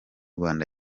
rwanda